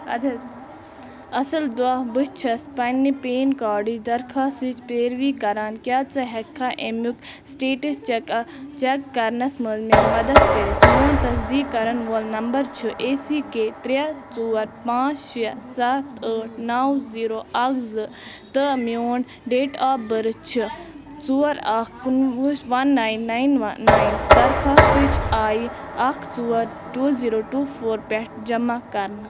اَدٕ حظ اَصٕل دۄہ بہٕ چھَس پنٛنہِ پین کارڈٕچ درخاسٕچ پیروی کران کیٛاہ ژٕ ہٮ۪ککھٕ اَمیُک سٹیٹس چیکہ چیک کرنس منٛز مےٚ مدد کٔرِتھ میون تصدیٖق کرن وول نمبر چھُ ای سی کے ترے ژور پانژھ شےٚ سَتھ ٲٹھ نو زیٖرو اکھ زٕ تہٕ میون ڈیٹ آف بٔرٕتھ چھُ ژور اکھ وٕچھ one nine nine one nine درخواستٕچ آیہِ اکھ ژور ٹوٗ زیٖرو ٹوٗ فور پٮ۪ٹھ جمع کرنہٕ